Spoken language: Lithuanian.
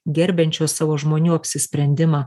gerbiančios savo žmonių apsisprendimą